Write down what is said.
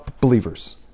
believers